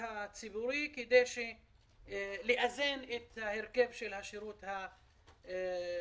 הציבורי כדי לאזן את ההרכב של השירות של הציבורי.